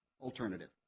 alternative